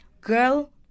girl